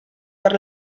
per